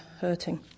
hurting